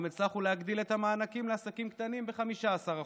גם הצלחנו להגדיל את המענקים לעסקים קטנים ב-15%.